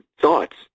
thoughts